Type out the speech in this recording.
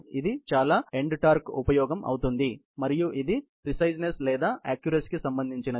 ఇది చాలా end torque ఉపయోగం అవుతుంది మరియు ఇది ప్రిసైజ్నెస్ లేదా అక్క్యురసీ కి సంబంధించినది